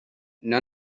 none